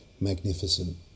magnificent